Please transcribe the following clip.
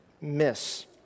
miss